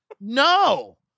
No